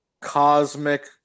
Cosmic